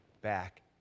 back